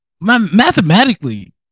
mathematically